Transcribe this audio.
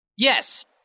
Yes